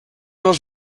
els